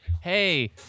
hey